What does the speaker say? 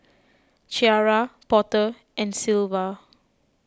Ciarra Porter and Sylva